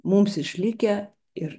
mums išlikę ir